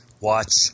watch